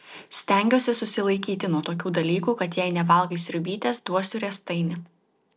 stengiuosi susilaikyti nuo tokių dalykų kad jei nevalgai sriubytės duosiu riestainį